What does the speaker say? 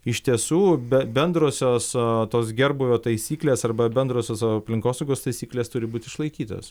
iš tiesų be bendrosios tos gerbūvio taisyklės arba bendrosios aplinkosaugos taisyklės turi būt išlaikytos